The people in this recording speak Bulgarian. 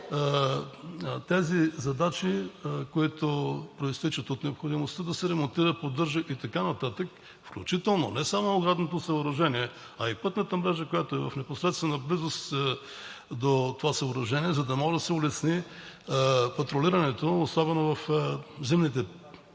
тези задачи, които произтичат от необходимостта да се реформират, поддържат и така нататък, включително не само оградното съоръжение, а и пътната мрежа, която е в непосредствена близост до това съоръжение, да може да се улесни патрулирането, особено в зимните месеци,